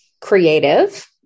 Creative